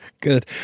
good